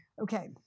Okay